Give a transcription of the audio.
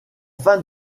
fin